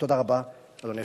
תודה רבה, אדוני היושב-ראש.